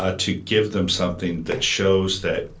ah to give them something that shows that